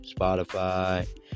Spotify